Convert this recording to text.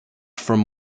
from